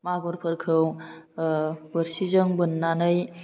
मागुरफोरखौ बोरसिजों बोन्नानै